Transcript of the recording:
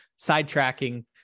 sidetracking